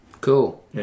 Cool